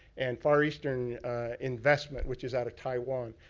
and far eastern investment, which is out of taiwan.